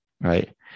right